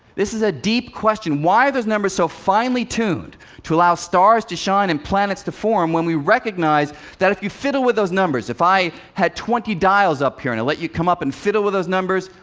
this is a deep question. why are those numbers so finely tuned to allow stars to shine and planets to form, when we recognize that if you fiddle with those numbers if i had twenty dials up here and i let you come up and fiddle with those numbers,